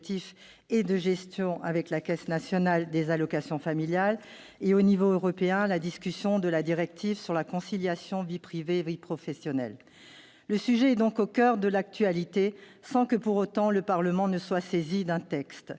et de gestion- la COG -avec la Caisse nationale des allocations familiales et, au niveau européen, la discussion de la proposition de la directive concernant la conciliation entre vie privée et vie professionnelle. Le sujet est donc au coeur de l'actualité sans que, pour autant, le Parlement soit saisi d'un texte.